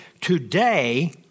today